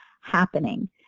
happening